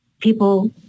people